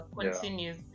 continues